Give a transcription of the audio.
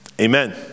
Amen